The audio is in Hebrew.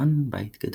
שכן בית גדול.